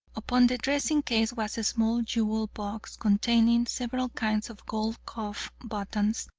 upon the dressing case was a small jewel box, containing several kinds of gold cuff buttons,